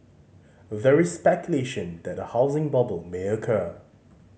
there is speculation that a housing bubble may occur